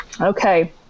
Okay